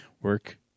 work